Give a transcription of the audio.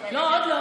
מה שיקרה,